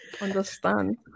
understand